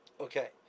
Okay